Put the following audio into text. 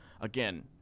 again